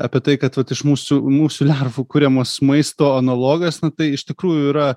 apie tai kad vat iš mūsų musių lervų kuriamas maisto analogas nu tai iš tikrųjų yra